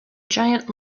giant